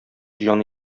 җан